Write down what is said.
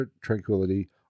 Tranquility